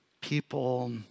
people